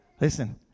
Listen